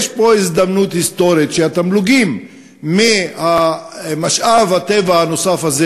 יש פה הזדמנות היסטורית שהתמלוגים ממשאב הטבע הנוסף הזה